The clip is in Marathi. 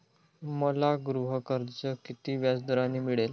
मला गृहकर्ज किती व्याजदराने मिळेल?